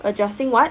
adjusting what